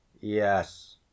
Yes